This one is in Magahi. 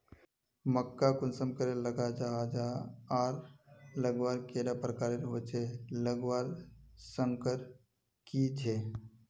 मक्का कुंसम करे लगा जाहा जाहा आर लगवार कैडा प्रकारेर होचे लगवार संगकर की झे?